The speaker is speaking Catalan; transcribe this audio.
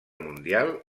mundial